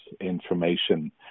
information